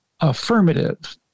affirmative